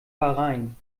bahrain